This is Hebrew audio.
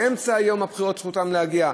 באמצע יום הבחירות זכותם להגיע,